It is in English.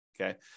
Okay